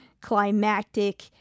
climactic